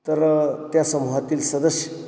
तर त्या समूहातील सदस्य